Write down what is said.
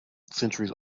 centuries